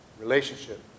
relationship